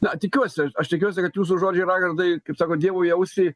na tikiuosi aš tikiuosi kad jūsų žodžiai raigardai kaip sako dievui į ausį